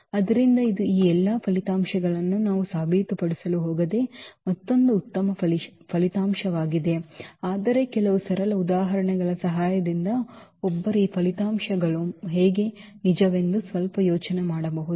ಆದ್ದರಿಂದ ಇದು ಈ ಎಲ್ಲಾ ಫಲಿತಾಂಶಗಳನ್ನು ನಾವು ಸಾಬೀತುಪಡಿಸಲು ಹೋಗದ ಮತ್ತೊಂದು ಉತ್ತಮ ಫಲಿತಾಂಶವಾಗಿದೆ ಆದರೆ ಕೆಲವು ಸರಳ ಉದಾಹರಣೆಗಳ ಸಹಾಯದಿಂದ ಒಬ್ಬರು ಈ ಫಲಿತಾಂಶಗಳು ಹೇಗೆ ನಿಜವೆಂದು ಸ್ವಲ್ಪ ಯೋಚನೆ ಮಾಡಬಹುದು